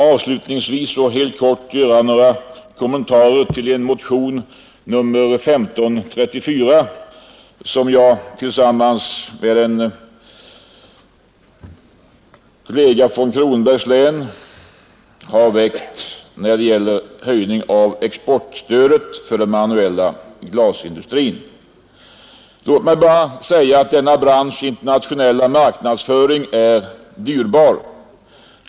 Avslutningsvis och helt kort vill jag göra några kommentarer till motionen 1054, som herr Fagerlund och jag har väckt om höjning av exportstödet för den manuella glasindustrin. Denna branschs internationella marknadsföring är dyrbar.